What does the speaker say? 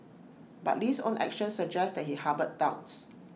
but Lee's own actions suggest that he harboured doubts